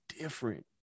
different